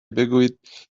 بگویید